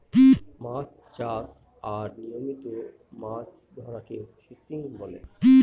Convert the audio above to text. মাছ চাষ আর নিয়মিত মাছ ধরাকে ফিসিং বলে